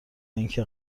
اینکه